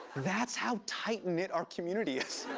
that's how tight-knit our community is.